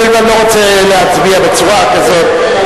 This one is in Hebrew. הואיל ואני לא רוצה להצביע בצורה כזאת,